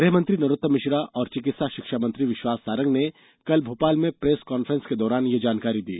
गृह मंत्री नरोत्तम मिश्रा और चिकित्सा शिक्षा मंत्री विश्वास सारंग ने कल भोपाल में प्रेस कॉन्फ्रेंस के दौरान यह जानकारी दी